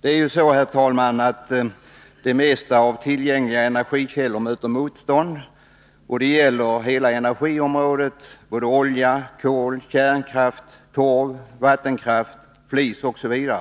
Det är ju så, herr talman, att det mesta av tillgängliga energikällor möter motstånd — det gäller hela energiområdet med olja, kol, kärnkraft, torv, vattenkraft, flis osv.